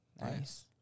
Nice